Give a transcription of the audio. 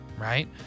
right